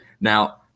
Now